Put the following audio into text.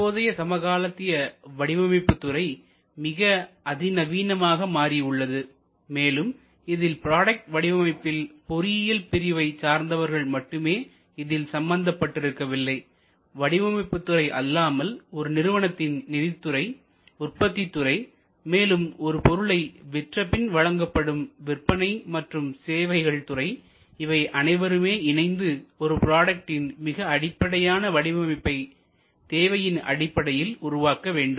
தற்போதைய சமகாலத்திய வடிவமைப்புத்துறை மிகவும் அதி நவீனமாக மாறி உள்ளது மேலும் இதில் ப்ராடெக்ட் வடிவமைப்பில் பொறியியல் பிரிவை சார்ந்தவர்கள் மட்டுமே இதில் சம்பந்தப்பட்டு இருக்கவில்லை வடிவமைப்புத்துறை அல்லாமல் ஒரு நிறுவனத்தின் நிதிதுறை உற்பத்தித் துறை மேலும் ஒரு பொருளை விற்றபின் வழங்கப்படும் விற்பனை மற்றும் சேவைகள் துறை இவை அனைவருமே இணைந்து ஒரு ப்ராடக்ட்டின் மிக அடிப்படையான வடிவமைப்பை தேவையின் அடிப்படையில் உருவாக்க வேண்டும்